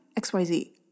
XYZ